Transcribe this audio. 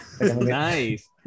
Nice